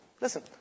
listen